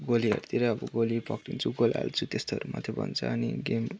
गोलीहरूतिर अब गोली पक्रिन्छु गोल हाल्छु त्यस्तोहरू मात्रै भन्छ अनि गेम